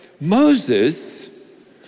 Moses